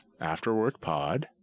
Afterworkpod